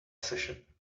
session